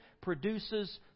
produces